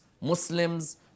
Muslims